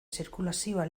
zirkulazioa